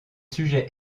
sujets